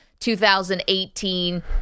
2018—